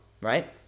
right